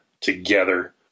together